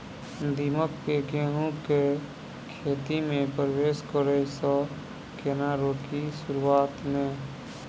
दीमक केँ गेंहूँ केँ खेती मे परवेश करै सँ केना रोकि शुरुआत में?